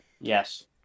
Yes